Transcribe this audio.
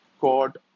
God